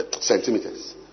Centimeters